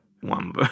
one